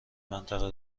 منطقه